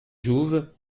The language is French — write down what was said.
jouve